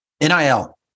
NIL